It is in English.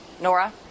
Nora